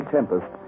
Tempest